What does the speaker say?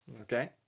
Okay